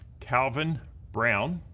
calvin brown,